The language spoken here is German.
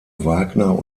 wagner